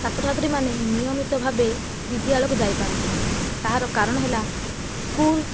ଛାତ୍ର ଛାତ୍ରୀମାନେ ନିୟମିତ ଭାବେ ବିଦ୍ୟାଳୟକୁ ଯାଇପାରନ୍ତି ନାହିଁ ତାହାର କାରଣ ହେଲା ସ୍କୁଲ